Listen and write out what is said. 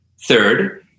Third